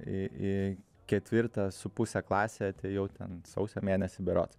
į į ketvirtą su puse klasę atėjau ten sausio mėnesį berods